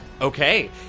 Okay